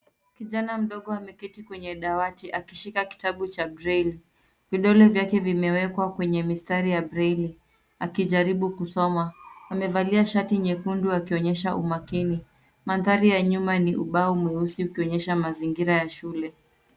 Kijana mdogo ameketi kwenye dawati, akishika kitabu cha (cs)braille(cs). Vidole vyake vimewekwa kwenye mistari ya (cs)braille(cs). Akijaribu kusoma, amevalia shati nyekundu akionyesha umakini. Mandhari ya nyuma ni ubao mweusi ukionyesha mazingira ya shule.